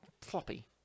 Floppy